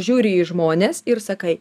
žiūri į žmones ir sakai